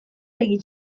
egin